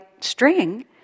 string